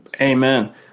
Amen